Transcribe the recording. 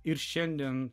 ir šiandien